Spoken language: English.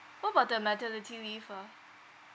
what about the maternity leave ah